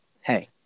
hey